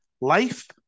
life